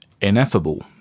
ineffable